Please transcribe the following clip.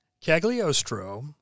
Cagliostro